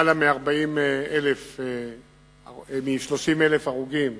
למעלה מ-30,000 הרוגים,